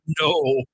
no